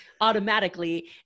automatically